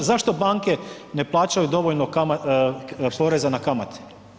Pa zašto banke ne plaćaju dovoljno poreza na kamate?